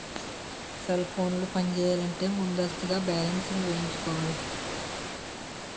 cell ఫోన్లు పనిచేయాలంటే ముందస్తుగా బ్యాలెన్స్ వేయించుకోవాలి